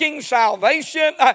salvation